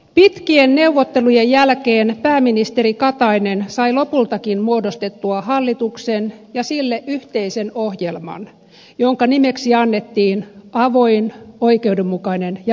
pitkien neuvottelujen jälkeen pääministeri katainen sai lopultakin muodostettua hallituksen ja sille yhteisen ohjelman jonka nimeksi annettiin avoin oikeudenmukainen ja rohkea suomi